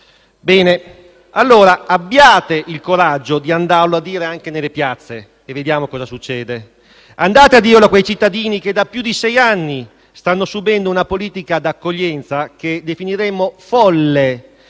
Abbiate, allora, il coraggio di andarlo a dire anche nelle piazze, e vediamo cosa succede. Andate a dirlo a quei cittadini che da più di sei anni stanno subendo una politica di accoglienza che definiremmo folle,